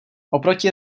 oproti